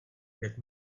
jak